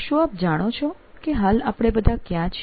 શું આપ જાણો છે કે હાલ આપણે બધા ક્યાં છે